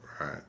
Right